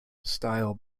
style